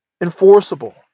enforceable